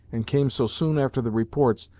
and came so soon after the reports,